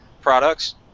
products